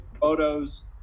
photos